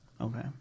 Okay